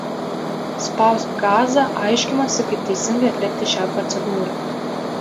spausk gazą aiškinosi kaip teisingai atlikti šią procedūrą